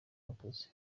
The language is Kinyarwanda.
wakoze